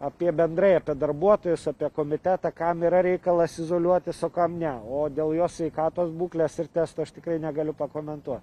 apie bendrai apie darbuotojus apie komitetą kam yra reikalas izoliuotis o kam ne o dėl jo sveikatos būklės ir testo aš tikrai negaliu pakomentuot